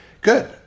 Good